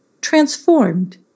transformed